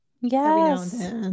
yes